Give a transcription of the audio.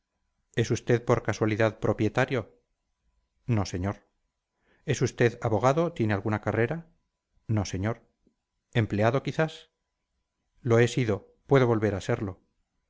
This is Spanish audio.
es usted por casualidad propietario no señor es usted abogado tiene alguna carrera no señor empleado quizás lo he sido puedo volver a serlo